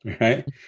Right